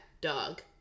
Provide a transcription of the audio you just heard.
dog